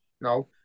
no